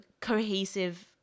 cohesive